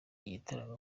gitaramo